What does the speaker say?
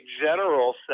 general